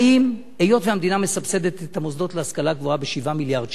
היות שהמדינה מסבסדת את המוסדות להשכלה גבוהה ב-7 מיליארד שקלים,